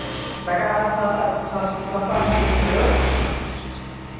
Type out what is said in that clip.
तकर बाद हम सस्ता सस सस्ता जिन्दगी देख लेबै